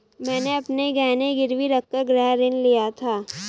मैंने अपने गहने गिरवी रखकर गृह ऋण लिया था